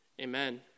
Amen